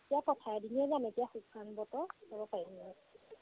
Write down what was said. এতিয়া পথাৰেদিনিয়ে যাম এতিয়া শুকান বতৰ যাব পাৰিম অঁ